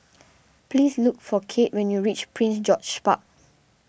please look for Cade when you reach Prince George's Park